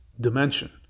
dimension